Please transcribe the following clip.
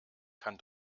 kann